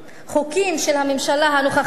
חוקים של הממשלה הנוכחית,